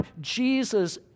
Jesus